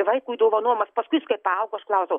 vaikui dovanom paskui jis kai paaugo aš klausiau